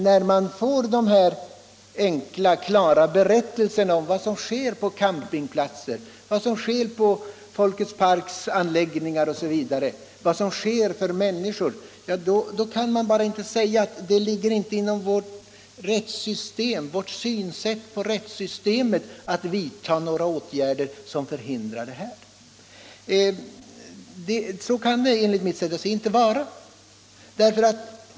När man får dessa berättelser om vad som sker på campingplatser, i Folkets park osv., då kan man inte bara säga, att det stämmer inte med vårt synsätt på rättssystemet att vidta några åtgärder som förhindrar sådant. Så kan det enligt mitt sätt att se inte vara.